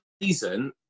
reason